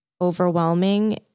overwhelming